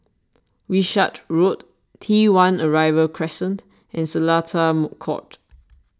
Wishart Road T one Arrival Crescent and Seletar Court